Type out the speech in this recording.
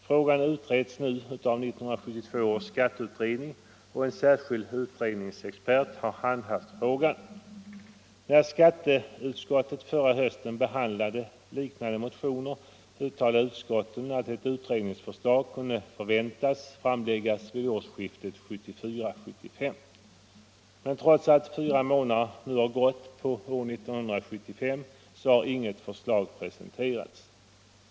När skatteutskottet förra hösten behandlade liknande motioner uttalade utskottet att ett utredningsförslag kunde förväntas vid årsskiftet 1974 1975. Men trots att fyra månader nu gått av 1975 har inget förslag presenterats.